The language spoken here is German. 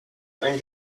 ein